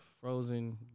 frozen